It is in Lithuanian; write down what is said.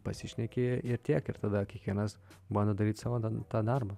pasišneki ir tiek ir tada kiekvienas bando daryt savo tą darbą